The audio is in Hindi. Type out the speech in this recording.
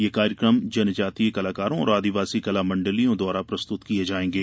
ये कार्यक्रम जनजातीय कलाकारों और आदिवासी कला मंडलियों द्वारा प्रस्तुत किये जायेंगे